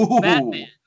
Batman